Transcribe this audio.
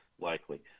likely